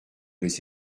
les